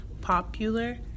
popular